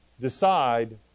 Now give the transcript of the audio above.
decide